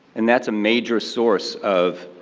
and that's a major source of